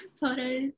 photos